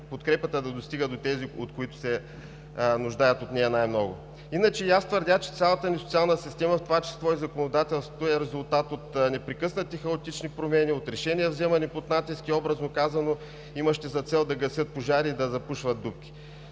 да достига до тези, които се нуждаят най-много от нея. Иначе и аз твърдя, че цялата ни социална система, в това число и законодателството, е резултат от непрекъснати, хаотични промени, от решения, вземани под натиск и, образно казано, имащи за цел да гасят пожари и да запушват дупки.